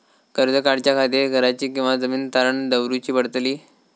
कर्ज काढच्या खातीर घराची किंवा जमीन तारण दवरूची पडतली?